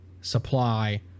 supply